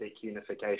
unification